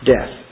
Death